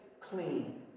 clean